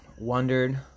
wondered